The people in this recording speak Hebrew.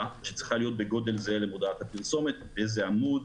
שצריכה להיות בגודל זהה למודעת הפרסומת באיזה עמוד,